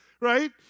right